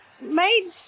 made